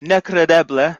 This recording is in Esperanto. nekredeble